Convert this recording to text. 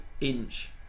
inch